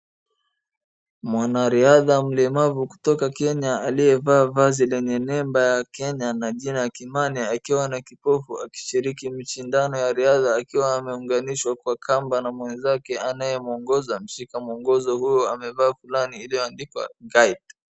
Mwanariadha mlemavu kutoka Kenya aliyevaa jezi lenye nembo ya Kenya na jina ya Kimani akiwa ni kipofu akishiriki mashindano ya riadha akiwa ameunganishwa kwa kamba na mwenzake anayemuongoza, mshika muongozo huo amevaa fulana iliyoandikwa guide .